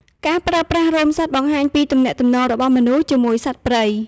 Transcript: ការប្រើប្រាស់រោមសត្វបង្ហាញពីទំនាក់ទំនងរបស់មនុស្សជាមួយសត្វព្រៃ។